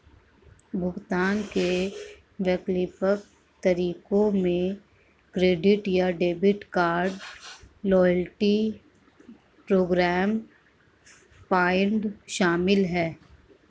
भुगतान के वैकल्पिक तरीकों में क्रेडिट या debit card, loyalty programme point शामिल है